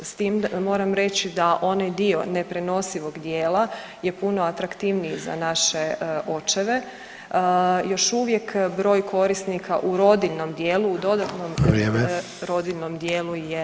S tim da moram reći da onaj dio neprenosivog dijela je puno atraktivniji za naše očeve, još uvijek broj korisnika u rodiljnom dijelu, u dodatnom rodiljnom dijelu je malen.